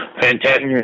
fantastic